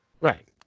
Right